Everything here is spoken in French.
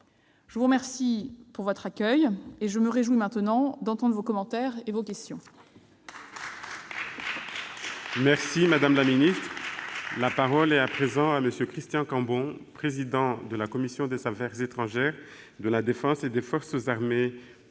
je vous remercie de votre accueil et je me réjouis maintenant d'entendre vos commentaires et vos questions.